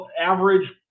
average